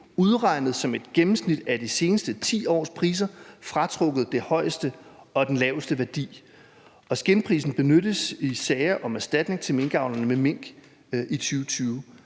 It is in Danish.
udregnet som et gennemsnit af de seneste 10 års priser, fratrukket den højeste og den laveste værdi, og skindprisen benyttes i forbindelse med sager om erstatning til minkavlerne med mink i 2020.